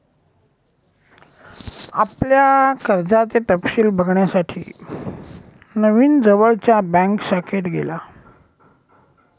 आपल्या कर्जाचे तपशिल बघण्यासाठी नवीन जवळच्या बँक शाखेत गेला